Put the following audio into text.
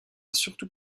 surtout